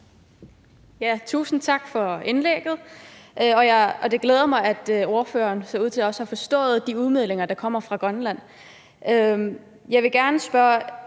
Tusind tak for indlægget. Det glæder mig, at ordføreren ser ud til også at have forstået de udmeldinger, der kommer fra Grønland. Jeg vil gerne spørge